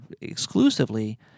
exclusively